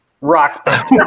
rock